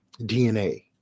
DNA